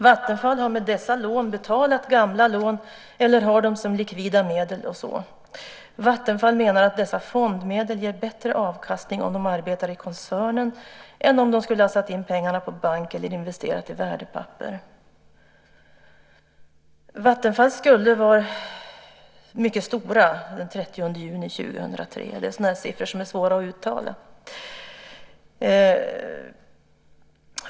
Vattenfall har med dessa lån betalat gamla lån eller har dem som likvida medel. Vattenfall menar att dessa fondmedel ger bättre avkastning om de arbetar i koncernen än om de skulle ha satt in pengarna på bank eller investerat i värdepapper. Vattenfalls skulder var mycket stora den 30 juni 2003. Det är siffror som är svåra att uttala.